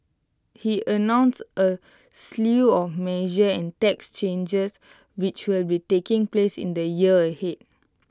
he announced A slew of measures and tax changes which will be taking place in the year ahead